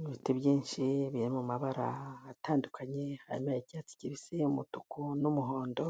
Ibiti byinshi biri mu mabara atandukanye harimo icyatsi kibisi, umutuku n'umuhondo.